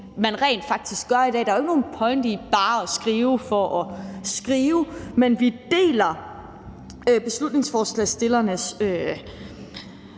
man rent faktisk gør i dag. Der er jo ikke nogen pointe i bare at skrive for at skrive, men vi deler beslutningsforslagsstillernes